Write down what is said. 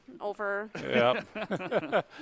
over